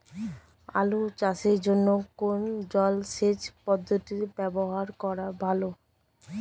আলু চাষের জন্য কোন জলসেচ পদ্ধতি ব্যবহার করা ভালো?